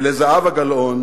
ולזהבה גלאון